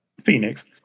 Phoenix